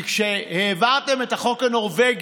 כי כשהעברתם את החוק הנורבגי,